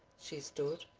she stood,